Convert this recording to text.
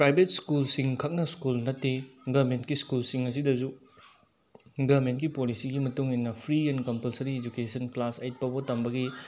private ꯁ꯭ꯀꯨꯜꯁꯤꯡ ꯈꯛꯅ school ꯅꯠꯇꯦ ꯒꯔꯃꯦꯟꯒꯤ ꯁ꯭ꯀꯨꯜꯁꯤꯡ ꯑꯁꯤꯗꯁꯨ ꯒꯔꯃꯦꯟꯒꯤ ꯄꯣꯂꯤꯁꯤꯒꯤ ꯃꯇꯨꯡ ꯏꯟꯅ free and compulsory education class eight ꯐꯥꯎꯕꯒꯤ ꯇꯝꯕꯒꯤ